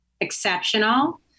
exceptional